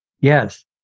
Yes